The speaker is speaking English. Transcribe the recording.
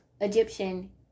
Egyptian